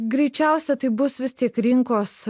greičiausia tai bus vis tik rinkos